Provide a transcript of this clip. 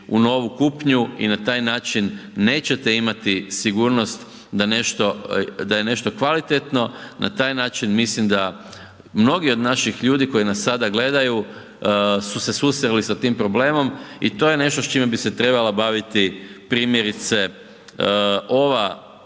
u novu kupnju i na taj način nećete imati sigurnost da je nešto kvalitetno. Na taj način mislim da mnogi od naših ljudi koji nas sada gledaju su se susreli sa tim problemom i to je nešto s čime bi se trebala baviti primjerice ova